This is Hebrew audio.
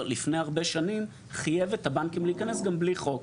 לפני הרבה שנים חייב את הבנקים להיכנס גם בלי חוק.